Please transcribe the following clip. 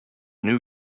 new